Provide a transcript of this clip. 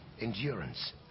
endurance